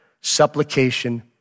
supplication